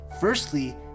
Firstly